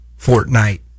Fortnite